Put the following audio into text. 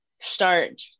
start